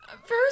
First